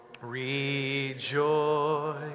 rejoice